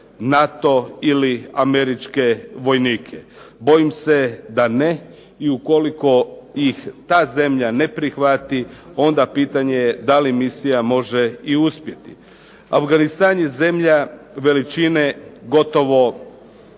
NATO ili američke vojnike. Bojim se da ne i ukoliko ih ta zemlja ne prihvati onda pitanje je da li misija može i uspjeti. Afganistan je zemlja veličine gotovo